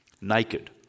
naked